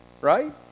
Right